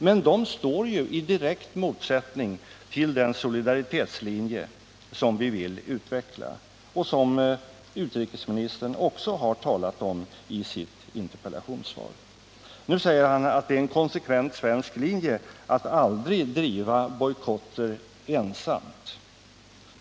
Men dessa handlingar står ju i direkt motsättning till den solidaritetslinje som vi vill utveckla och som utrikesministern också har talat om i sitt interpellationssvar. Nu säger utrikesministern att det är en konsekvent svensk linje att aldrig driva bojkotter ensamt.